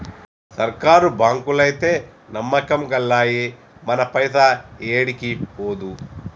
సర్కారు బాంకులైతే నమ్మకం గల్లయి, మన పైస ఏడికి పోదు